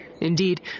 Indeed